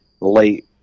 late